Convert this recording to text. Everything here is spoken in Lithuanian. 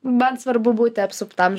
man svarbu būti apsuptam